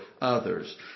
others